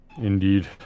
Indeed